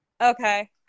Okay